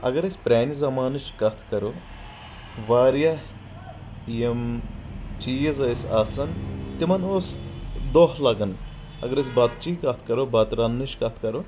اگر أسۍ پرانہِ زمانٕچ کتھ کرو واریاہ یم چیٖز ٲسۍ آسان تِمن اوس دۄہ لگان اگر اسۍ بتہٕ چی کتھ کرو بتہٕ رننٕچی کتھ کرو